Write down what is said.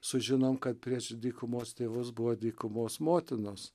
sužinom kad prieš dykumos tėvus buvo dykumos motinos